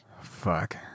Fuck